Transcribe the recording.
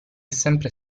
sempre